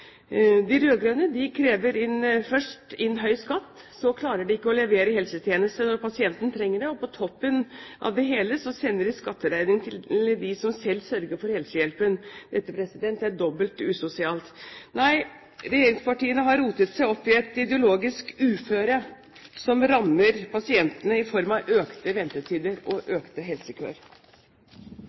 De rød-grønne krever først inn en høy skatt. Så klarer de ikke å levere helsetjenester når pasienten trenger det, og på toppen av det hele sender de skatteregningen til dem som selv sørger for helsehjelpen. Dette er dobbelt usosialt. Nei, regjeringspartiene har rotet seg opp i et ideologisk uføre som rammer pasientene i form av økte ventetider og økte helsekøer.